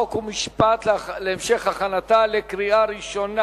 חוק ומשפט להמשך הכנתה לקריאה ראשונה.